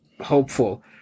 hopeful